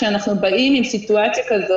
כשאנחנו באים עם סיטואציה כזאת,